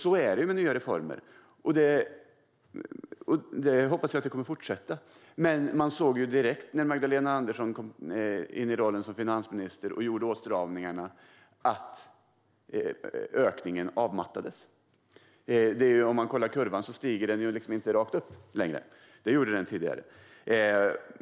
Så är det med nya reformer, och jag hoppades att det skulle fortsätta så. Men när Magdalena Andersson blev finansminister och gjorde åtstramningar såg vi direkt att ökningen mattades av. Kurvan stiger inte längre rakt upp som tidigare.